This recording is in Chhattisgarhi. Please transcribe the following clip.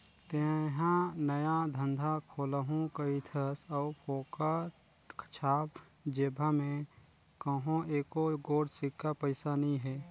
तेंहा नया धंधा खोलहू कहिथस अउ फोकट छाप जेबहा में कहों एको गोट सिक्का पइसा नी हे